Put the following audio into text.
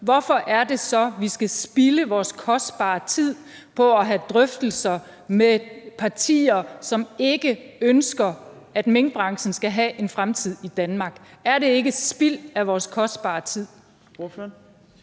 Hvorfor er det så, vi skal spilde vores kostbare tid på at have drøftelser med partier, som ikke ønsker, at minkbranchen skal have en fremtid i Danmark? Er det ikke spild af vores kostbare tid?